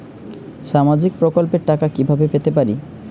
সামাজিক প্রকল্পের টাকা কিভাবে পেতে পারি?